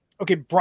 okay